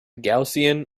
gaussian